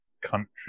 country